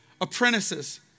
apprentices